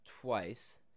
twice